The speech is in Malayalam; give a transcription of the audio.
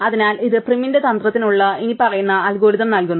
അതിനാൽ ഇത് പ്രിമിന്റെ തന്ത്രത്തിനുള്ള ഇനിപ്പറയുന്ന അൽഗോരിതം നൽകുന്നു